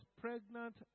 pregnant